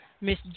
Miss